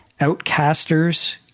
Outcasters